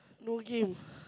no game